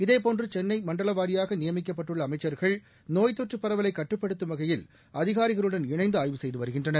இதேபோன்று சென்னைக்கு மண்டல வாரியாக நியமிக்கப்பட்டுள்ள அமைச்சர்கள் நோய்த் தொற்றுப் பரவலை கட்டுப்படுத்தும் வகையில் அதிகாரிகளுடன் இணைந்து ஆய்வு செய்து வருகின்றனர்